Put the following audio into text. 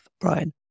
Brian